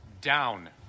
down